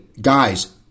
guys